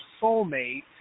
soulmate